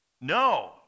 No